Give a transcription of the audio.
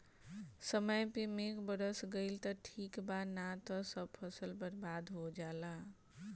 समय पे मेघ बरस गईल त ठीक बा ना त सब फसल बर्बाद हो जाला